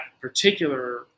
particular